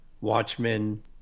Watchmen